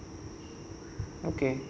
okay